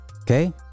okay